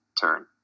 turn